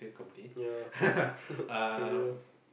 ya career